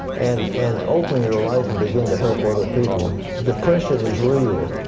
and and open your life and begin to help other people. depression is real,